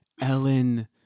Ellen